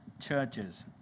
churches